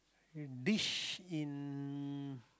dish in